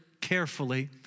carefully